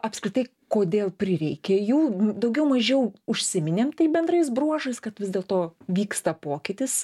apskritai kodėl prireikė jų daugiau mažiau užsiminėm taip bendrais bruožais kad vis dėlto vyksta pokytis